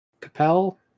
Capel